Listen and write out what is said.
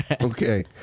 okay